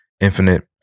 infinite